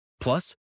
Plus